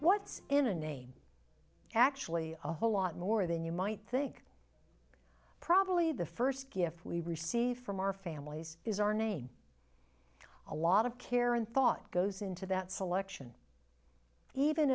what's in a name actually a whole lot more than you might think probably the first gift we receive from our families is our name a lot of care and thought goes into that selection even